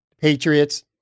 Patriots